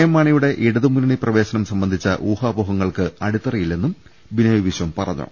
M മാണിയുടെ ഇടതുമുന്നണി പ്രവേശനം സംബ ന്ധിച്ച ഊഹാപോഹങ്ങൾക്ക് അടിത്തറയില്ലെന്നും ബിനോയ് വിശ്വം പറഞ്ഞു